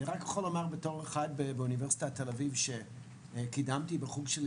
אני יכול לומר בתור מי שבאוניברסיטת תל אביב קידמתי בחוג שלי